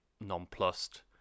nonplussed